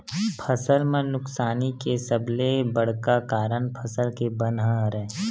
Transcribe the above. फसल म नुकसानी के सबले बड़का कारन फसल के बन ह हरय